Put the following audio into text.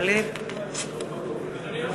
אדוני ראש הממשלה, אדוני ראש